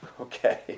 Okay